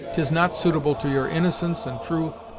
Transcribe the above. tis not suitable to your innocence, and truth,